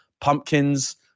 pumpkins